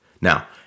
now